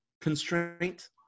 constraint